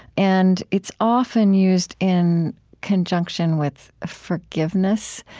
and it's often used in conjunction with forgiveness,